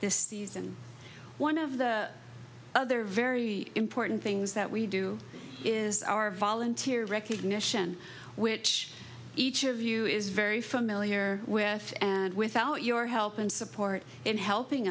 this season one of the other very important things that we do is our volunteer recognition which each of you is very familiar with and without your help and support in helping